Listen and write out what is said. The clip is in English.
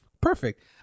Perfect